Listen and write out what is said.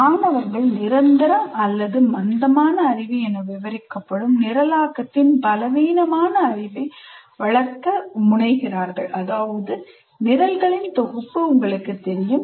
மாணவர்கள் நிரந்தர அல்லது மந்தமான அறிவு என விவரிக்கப்படும் நிரலாக்கத்தின் பலவீனமான அறிவை வளர்க்க முனைகிறார்கள் அதாவது நிரல்களின் தொகுப்பு உங்களுக்குத் தெரியும்